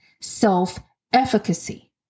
self-efficacy